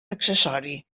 accessori